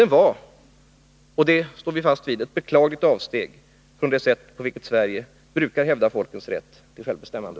Den var — och det står vi fast vid — ett beklagligt avsteg från det sätt, på vilket Sverige brukar hävda folkens rätt till självbestämmande.